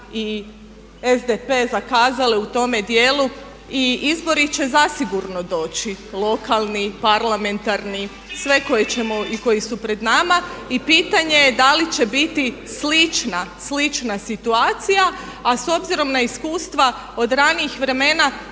i SDP zakazale u tome dijelu i izbori će zasigurno doći, lokalni, parlamentarni, sve koje ćemo i koji su pred nama i pitanje je da li će biti slična situacija a s obzirom na iskustva od ranijih vremena